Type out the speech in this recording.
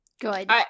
good